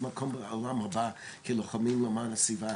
מקום בעולם הבא כלוחמים למען הסביבה,